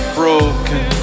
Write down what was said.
broken